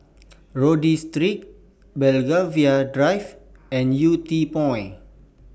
Rodyk Street Belgravia Drive and Yew Tee Point